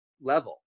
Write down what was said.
level